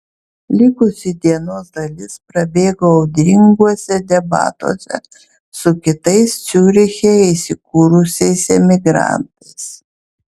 likusi dienos dalis prabėgo audringuose debatuose su kitais ciuriche įsikūrusiais emigrantais